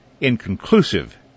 inconclusive